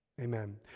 Amen